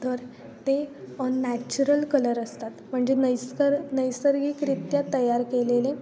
तर ते on natural colour असतात म्हणजे नैसकर् नैसर्गिकरित्या तयार केलेले